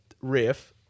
riff